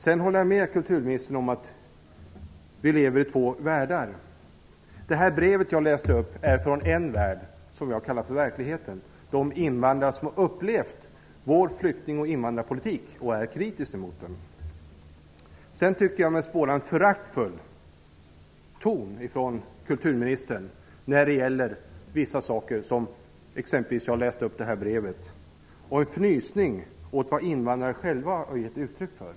Jag håller med kulturministern om att vi lever i två världar. Brevet jag läste upp är från en värld som jag kallar för verkligheten. Brevet är från en invandrare som har upplevt vår flykting och invandrarpolitik och som är kritisk mot den. Sedan tycker jag mig spåra en föraktfull ton hos kulturministern när det gäller vissa saker, t.ex. det brev som jag läste upp. Det var en fnysning åt vad en invandrare själv har gett uttryck för.